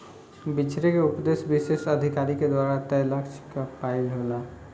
बिछरे के उपदेस विशेष अधिकारी के द्वारा तय लक्ष्य क पाइल होला